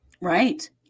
Right